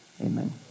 Amen